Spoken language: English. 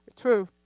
true